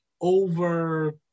over